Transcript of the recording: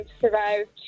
survived